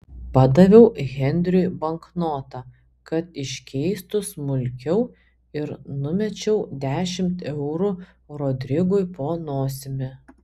padaviau henriui banknotą kad iškeistų smulkiau ir numečiau dešimt eurų rodrigui po nosimi